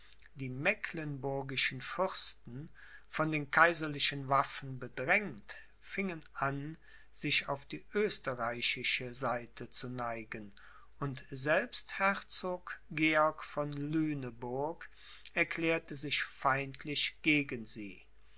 die mecklenburgischen fürsten von den kaiserlichen waffen bedrängt fingen an sich auf die österreichische seite zu neigen und selbst herzog georg von lüneburg erklärte sich feindlich gegen sie